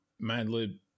Madlib